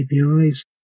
KPIs